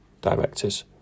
directors